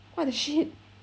what the shit